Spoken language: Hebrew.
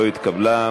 נתקבלה.